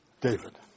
David